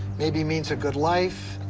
maybe means a good life.